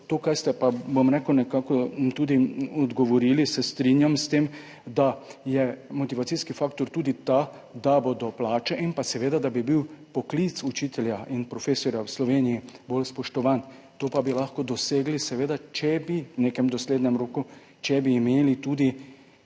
so. V tem, kar ste odgovorili, se strinjam s tem, da je motivacijski faktor tudi ta, da bodo plače, in seveda, da bi bil poklic učitelja in profesorja v Sloveniji bolj spoštovan. To pa bi lahko dosegli v nekem doglednem roku, če bi imeli tudi